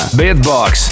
beatbox